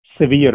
severe